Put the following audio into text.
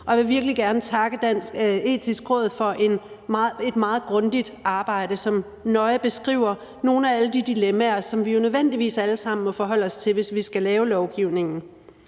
og jeg vil virkelig gerne takke Det Etiske Råd for et meget grundigt arbejde, som nøje beskriver nogle af alle de dilemmaer, som vi jo nødvendigvis alle sammen må forholde os til, hvis vi skal lave lovgivningen.